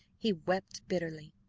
he wept bitterly.